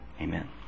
amen